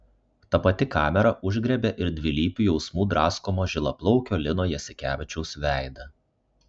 ta pati kamera užgriebė ir dvilypių jausmų draskomo žilaplaukio lino jasikevičiaus veidą